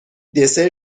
دسر